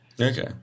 Okay